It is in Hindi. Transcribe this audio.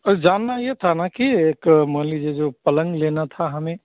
जानना ये था ना कि एक मान लीजिए जो पलंग लेना था हमें